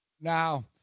Now